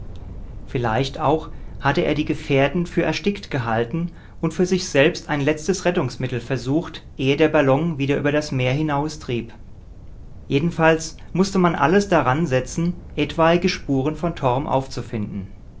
vielleicht auch hatte er die gefährten für erstickt gehalten und für sich selbst ein letztes rettungsmittel versucht ehe der ballon wieder über das meer hinaustrieb jedenfalls mußte man alles daransetzen etwaige spuren von torm aufzufinden